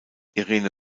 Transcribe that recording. irene